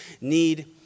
need